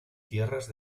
tierras